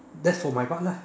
that's for my part lah